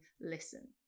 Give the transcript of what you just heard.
listen